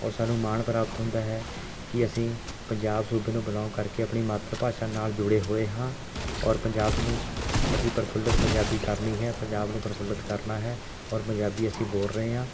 ਔਰ ਸਾਨੂੰ ਮਾਣ ਪ੍ਰਾਪਤ ਹੁੰਦਾ ਹੈ ਕਿ ਅਸੀਂ ਪੰਜਾਬ ਸੂਬੇ ਨੂੰ ਬਿਲੌਂਗ ਕਰਕੇ ਆਪਣੀ ਮਾਤਰ ਭਾਸ਼ਾ ਨਾਲ ਜੁੜੇ ਹੋਏ ਹਾਂ ਔਰ ਪੰਜਾਬ ਨੂੰ ਅਸੀਂ ਪ੍ਰਫੁੱਲਿਤ ਪੰਜਾਬੀ ਕਰਨੀ ਹੈ ਪੰਜਾਬ ਨੂੰ ਪ੍ਰਫੁੱਲਿਤ ਕਰਨਾ ਹੈ ਔਰ ਪੰਜਾਬੀ ਅਸੀਂ ਬੋਲ ਰਹੇ ਹਾਂ